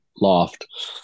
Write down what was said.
loft